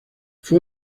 fue